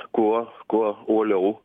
kuo kuo uoliau